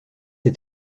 est